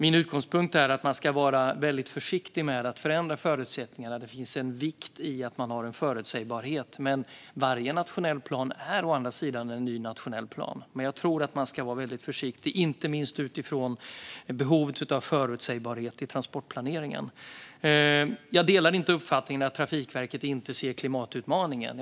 Min utgångspunkt är att man ska vara väldigt försiktig med att förändra förutsättningar när det finns en vikt i att man har förutsägbarhet. Varje nationell plan är å andra sidan en ny nationell plan. Men jag tror att man ska vara väldigt försiktig, inte minst utifrån behovet av förutsägbarhet i transportplaneringen. Jag delar inte uppfattningen att Trafikverket inte ser klimatutmaningen.